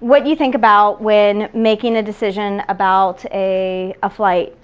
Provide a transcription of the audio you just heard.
what you think about when making a decision about a a flight.